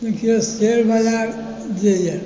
देखिऔ शेअर बजार जे अइ